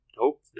nope